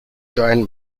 joint